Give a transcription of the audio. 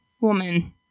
woman